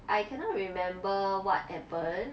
I cannot remember what happened